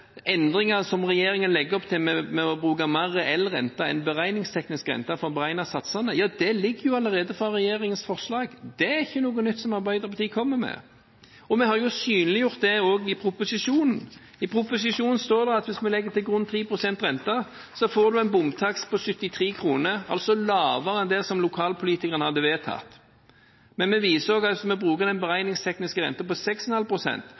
endringer som regjeringen legger opp til med å bruke mer reell rente enn beregningsteknisk rente for å beregne satsene, ja, det ligger jo allerede i regjeringens forslag – det er ikke noe nytt som Arbeiderpartiet kommer med. Og vi har jo også synliggjort det i proposisjonen. I proposisjonen står det at hvis vi legger til grunn 10 pst. rente, så får vi en bomtakst på 77 kr, altså lavere enn det som lokalpolitikerne hadde vedtatt. Men vi viser også at hvis vi bruker den beregningstekniske renten på 6,5